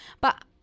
But-